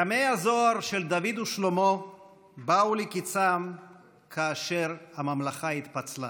ימי הזוהר של דוד ושלמה באו לקיצם כאשר הממלכה התפצלה,